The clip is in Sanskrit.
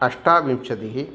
अष्टाविंशतिः